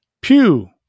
pew